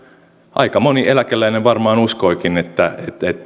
aika moni eläkeläinen varmaan uskoikin että